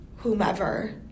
Whomever